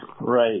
Right